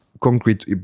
concrete